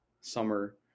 summer